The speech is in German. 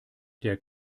der